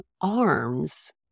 arms